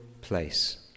place